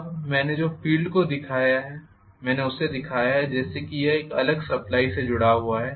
अब मैंने जो फ़ील्ड को दिखाया है मैंने उसे दिखाया है जैसे कि यह एक अलग सप्लाई से जुड़ा हुआ है